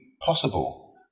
possible